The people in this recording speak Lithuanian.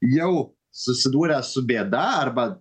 jau susidūręs su bėda arba